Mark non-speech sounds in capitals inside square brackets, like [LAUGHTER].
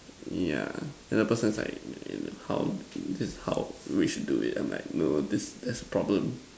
yeah then the person's like [NOISE] you know how this how we should do it I'm like no this there's problem